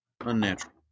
Unnatural